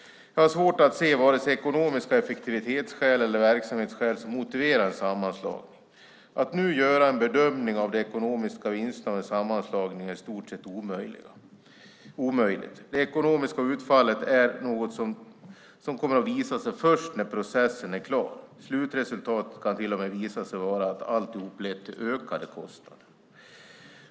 Jag har svårt att se vare sig ekonomiska skäl, effektivitetsskäl eller verksamhetsskäl som motiverar en sammanslagning. Att nu göra en bedömning av de ekonomiska vinsterna av en sammanslagning är i stort sett omöjligt. Det ekonomiska utfallet är något som kommer att visa sig först när processen är klar. Slutresultatet kan till och med visa sig vara att alltihop lett till ökade kostnader.